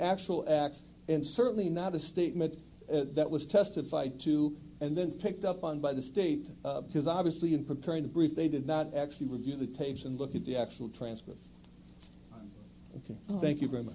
actual acts and certainly not a statement that was testified to and then picked up on by the state because obviously in preparing to brief they did not actually review the tapes and look at the actual transcript ok thank you very much